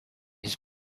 his